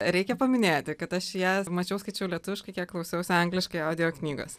reikia paminėti kad aš ją mačiau skaičiau lietuviškai kiek klausiausi angliškai audio knygos